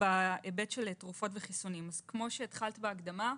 תרופות וחיסונים כמו שהתחלת בהקדמה,